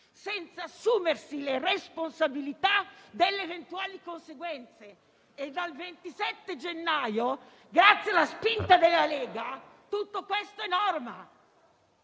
senza assumersi le responsabilità delle eventuali conseguenze: dal 27 gennaio, grazie alla spinta della Lega, tutto questo è norma.